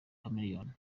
chameleone